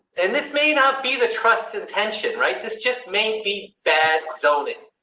and this may not be the trust intention. right? this just may be bad zoning.